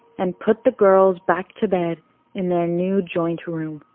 and put the girls back to bed in their new joint room.